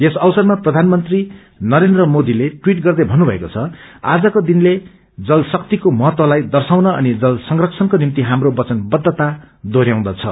यस अवसरमा प्रधानमंत्री नरेन्द्र मोदीले टवीट गर्दै थन्नुथएको छ आजको दिन जल शक्तिको महत्वलाई दशाउन अनि जल संरक्षणको निम्ति झप्रो वचनबद्धता दोहोरयाउँदछ